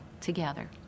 together